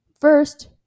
First